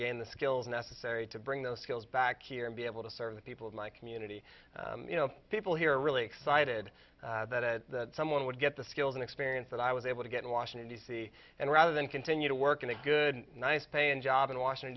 gain the skills necessary to bring those skills back here and be able to serve the people of my community you know people here are really excited that someone would get the skills and experience that i was able to get in washington d c and rather than continue to work in a good nice paying job in washington